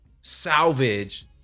salvage